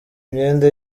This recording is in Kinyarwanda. imyenda